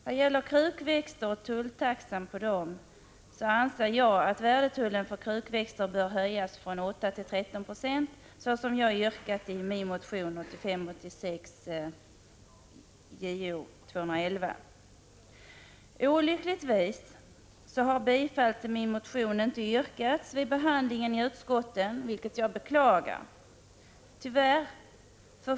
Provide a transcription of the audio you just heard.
Vad gäller krukväxter och tulltaxan på dem anser jag att värdetullen för krukväxter bör höjas från 8 2 till 13 96, vilket jag har yrkat i min motion Jo211. Olyckligtvis har bifall till motionen inte yrkats vid behandlingen i utskottet, vilket jag beklagar.